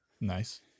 Nice